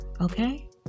okay